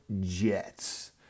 Jets